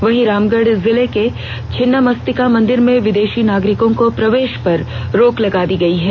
वहीं रामगढ जिले के छिन्नमस्तिका मंदिर में विदेषी नागरिकों को प्रवेष पर रोक लगा दी गई है